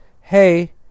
hey